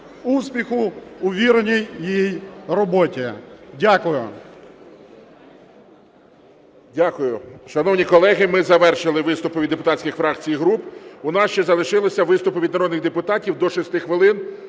успіху у ввіреній їй роботі. Дякую.